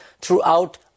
throughout